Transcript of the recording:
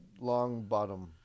Longbottom